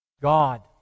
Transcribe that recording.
God